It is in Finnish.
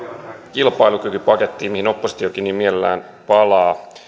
kilpailukykypakettiin mihin oppositiokin niin mielellään palaa